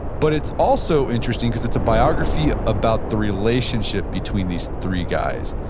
but it's also interesting because it's a biography about the relationship between these three guys,